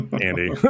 Andy